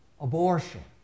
abortion